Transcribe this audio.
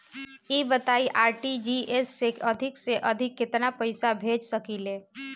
ई बताईं आर.टी.जी.एस से अधिक से अधिक केतना पइसा भेज सकिले?